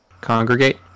congregate